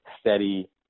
Steady